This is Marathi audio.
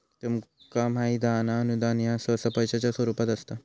तुका माहित हां ना, अनुदान ह्या सहसा पैशाच्या स्वरूपात असता